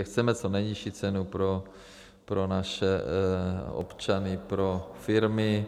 Chceme co nejnižší cenu pro naše občany, pro firmy.